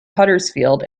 huddersfield